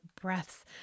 breaths